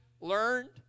learned